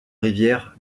rivière